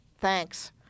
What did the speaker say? Thanks